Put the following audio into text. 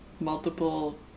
multiple